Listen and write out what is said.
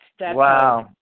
Wow